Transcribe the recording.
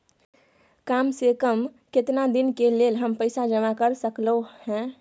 काम से कम केतना दिन के लेल हम पैसा जमा कर सकलौं हैं?